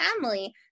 family